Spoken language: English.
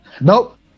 Nope